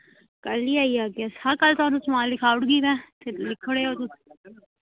कल ही आई जागे अस हां कल थुहानू समान लिखाऊड़गी तैं फिर लिखूड़ेओ तुस